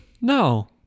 no